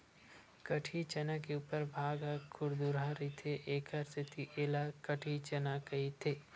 कटही चना के उपर भाग ह खुरदुरहा रहिथे एखर सेती ऐला कटही चना कहिथे